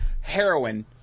heroin